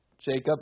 Jacob